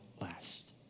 last